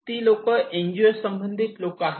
ती लोक एनजीओ संबंधित लोक आहे